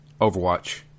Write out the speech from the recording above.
Overwatch